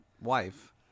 wife